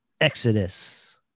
Exodus